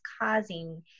causing